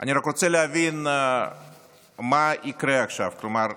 אני רק רוצה להבין מה יקרה עכשיו, כלומר,